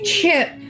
Chip